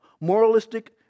Moralistic